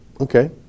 Okay